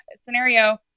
scenario